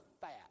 fat